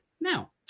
now